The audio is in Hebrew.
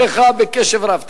אני מקשיב לך בקשב רב,